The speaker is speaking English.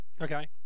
Okay